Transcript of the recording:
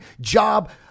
job